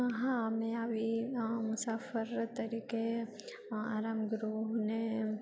હા મેં આવી મુસાફર તરીકે આરામ ગૃહને